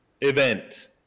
event